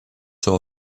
saw